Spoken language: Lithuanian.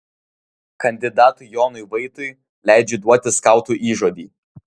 kandidatui jonui vaitui leidžiu duoti skautų įžodį